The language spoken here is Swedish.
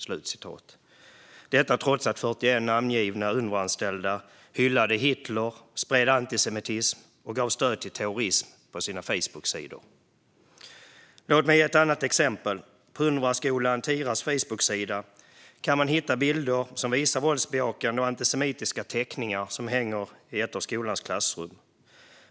Detta svarade hon trots att 41 namngivna anställda på Unrwa hyllade Hitler, spred antisemitism och gav stöd till terrorism på sina Facebooksidor. Låt mig ge ett annat exempel. På Unrwa-skolan Tiras Facebooksida kan man hitta bilder på våldsbejakande och antisemitiska teckningar som hänger i ett av skolans klassrum.